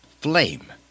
Flame